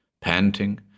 panting